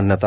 मान्यता